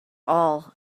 all